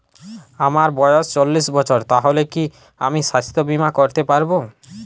আমার বয়স চল্লিশ বছর তাহলে কি আমি সাস্থ্য বীমা করতে পারবো?